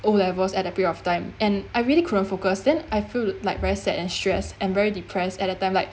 O levels at that period of time and I really couldn't focus then I feel like very sad and stress and very depressed at that time like